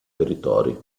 territori